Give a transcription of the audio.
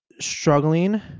struggling